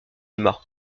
aima